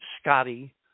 Scotty